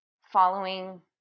following